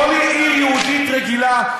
כל עיר יהודית רגילה,